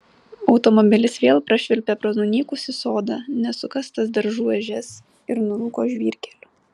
automobilis vėl prašvilpė pro nunykusį sodą nesukastas daržų ežias ir nurūko žvyrkeliu